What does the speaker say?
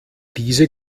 diese